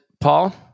Paul